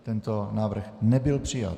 Tento návrh nebyl přijat.